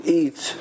eat